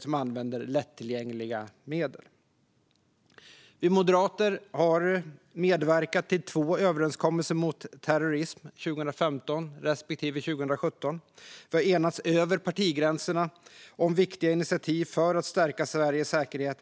som använder lättillgängliga medel. Vi moderater har medverkat till två överenskommelser mot terrorism, 2015 respektive 2017. Vi har enats över partigränserna om viktiga initiativ för att stärka Sveriges säkerhet.